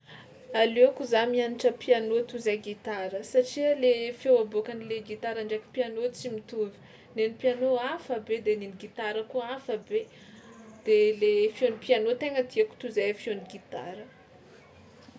Aleoko za mianatra piano toy zay gitara satria le feo aboakan'le gitara ndraiky piano tsy mitovy, ny an'ny piano hafa be de ny an'ny gitara koa hafa be; de le feon'ny piano tegna tiako toy zay feon'ny gitara.